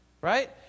Right